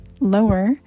lower